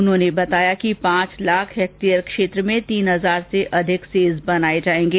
उन्होंने बताया कि पांच लाख हैक्टेयर क्षेत्र में तीन हजार से अधिक सेज बनाए जाएंगे